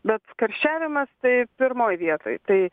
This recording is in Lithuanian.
bet karščiavimas tai pirmoj vietoj tai